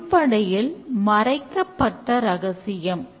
ஒரு ஸ்பரின்ட் ஆனது ஒரு மாத காலம் ஆகும்